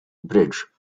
bridge